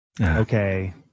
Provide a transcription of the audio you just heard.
Okay